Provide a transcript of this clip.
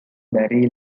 barry